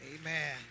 Amen